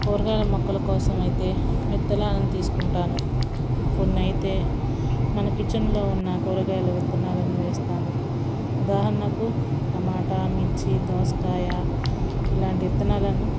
కూరగాయల మొక్కల కోసం అయితే విత్తనాలను తీసుకుంటాను కొన్ని అయితే మన కిచెన్లో ఉన్న కూరగాయల విత్తనాలను వేస్తాను ఉదాహరణకు టమాటా మిర్చి దోసకాయ ఇలాంటి విత్తనాలను